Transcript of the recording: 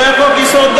שהיה חוק-יסוד,